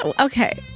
Okay